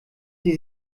die